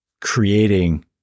creating